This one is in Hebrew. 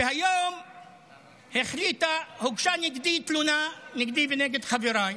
שהיום החליטה, הוגשה נגדי תלונה, נגדי ונגד חבריי,